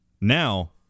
Now